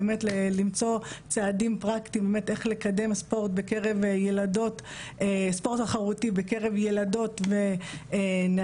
באמת למצוא צעדים פרקטיים איך לקדם ספורט תחרותי בקרב ילדות ונערות.